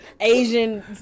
Asian